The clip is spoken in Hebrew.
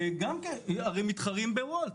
הם מתחרים בוולט,